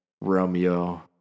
Romeo